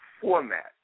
format